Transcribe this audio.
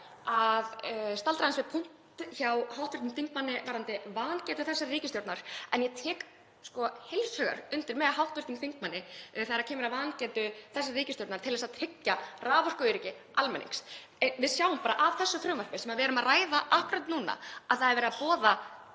að staldra við punkt hjá hv. þingmanni varðandi vangetu þessarar ríkisstjórnar. Ég tek heils hugar undir með hv. þingmanni þegar kemur að vangetu þessarar ríkisstjórnar til að tryggja raforkuöryggi almennings. Við sjáum bara af þessu frumvarpi sem við erum að ræða akkúrat núna að það er verið að boða